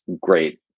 great